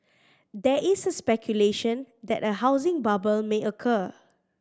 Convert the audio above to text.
there is speculation that a housing bubble may occur